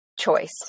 choice